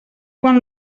quan